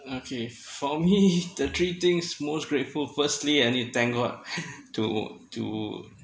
okay for me the three things most grateful firstly I need to thank god to to